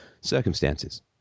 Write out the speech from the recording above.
circumstances